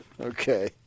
Okay